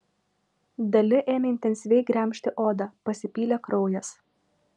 dali ėmė intensyviai gremžti odą pasipylė kraujas